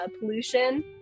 pollution